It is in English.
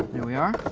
here we are.